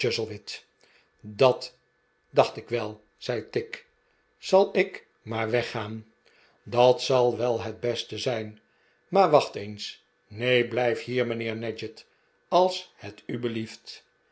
chuzzlewit dat dacht ik wel zei tigg zal ik maar weggaan tr dat zal wel het beste zijn maar wacht eensl neen blijf hier mijnheer nadgett als het u belieft